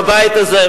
בבית הזה,